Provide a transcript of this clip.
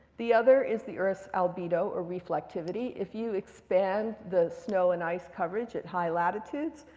the other is the earth's albedo or reflectivity. if you expand the snow and ice coverage at high latitudes,